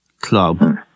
club